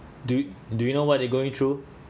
do yo~ do you know what they're going through